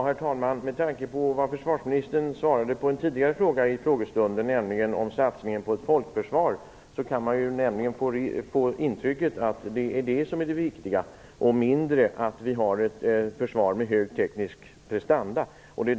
Herr talman! Med tanke på vad försvarsministern tidigare under frågestunden sade som svar på en fråga om satsningen på ett folkförsvar kan man få ett intryck av att det är det som är det viktiga och att det är mindre viktigt att vi har ett försvar med hög teknisk prestanda.